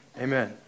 Amen